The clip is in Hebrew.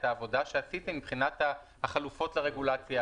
העבודה שעשיתם מבחינת החלופות לרגולציה,